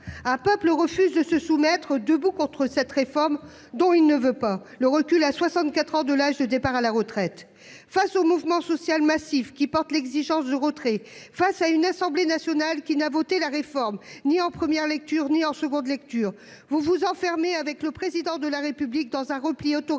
un peuple refuse de se soumettre, il est vent debout contre une réforme dont il ne veut pas : le recul à 64 ans de l'âge de départ à la retraite. Face au mouvement social massif, qui porte l'exigence de retrait, face à une Assemblée nationale qui n'a voté la réforme ni en première lecture ni en commission mixte paritaire, vous vous enfermez, avec le Président de la République, dans un repli autoritaire,